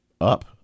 up